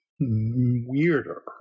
weirder